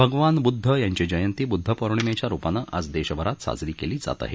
भगवान बुद्ध यांची जयंती बुद्ध पोर्णिमेच्या रुपाने आज देशभरात साजरी केली जात आहे